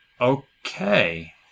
Okay